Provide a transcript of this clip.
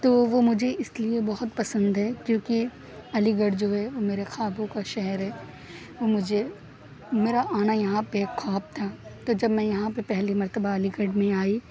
تو وہ مجھے اس لیے بہت پسند ہے کیوں کہ علی گڑھ جو ہے وہ میرے خوابوں کا شہر ہے وہ مجھے میرا آنا یہاں پہ ایک خواب تھا تو جب میں یہاں پہ پہلی مرتبہ علی گڑھ میں آئی